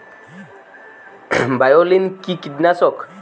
বায়োলিন কি কীটনাশক?